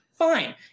fine